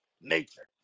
nature